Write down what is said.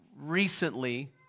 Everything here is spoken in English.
recently